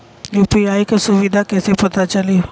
UPI क सुविधा कैसे पता चली?